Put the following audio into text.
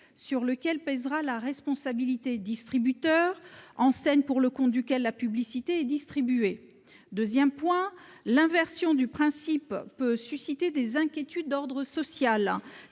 sur lequel pèsera la responsabilité -distributeur ou enseigne pour le compte de laquelle la publicité est distribuée. Ensuite, l'inversion du principe peut susciter des inquiétudes d'ordre social,